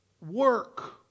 Work